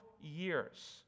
years